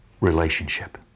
relationship